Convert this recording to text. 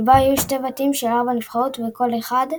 שבו היו שני בתים של 4 נבחרות בכל אחד.